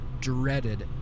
dreaded